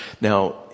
Now